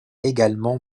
également